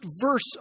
verse